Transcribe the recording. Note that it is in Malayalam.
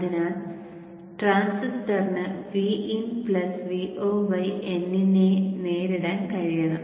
അതിനാൽ ട്രാൻസിസ്റ്ററിന് Vin Vo n നെ നേരിടാൻ കഴിയണം